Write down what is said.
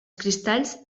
cristalls